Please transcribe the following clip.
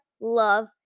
love